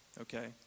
Okay